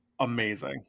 amazing